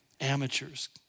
amateurs